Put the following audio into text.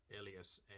Elias